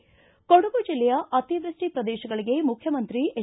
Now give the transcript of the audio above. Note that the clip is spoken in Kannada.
ಿ ಕೊಡಗು ಜಿಲ್ಲೆಯ ಅತಿವೃಷ್ಟಿ ಪ್ರದೇಶಗಳಿಗೆ ಮುಖ್ಯಮಂತ್ರಿ ಎಚ್